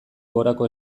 gorako